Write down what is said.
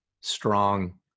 strong